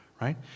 right